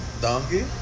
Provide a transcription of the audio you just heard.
donkey